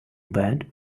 bad